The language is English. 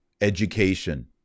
education